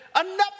enough